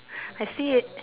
I see it